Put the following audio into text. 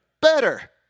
better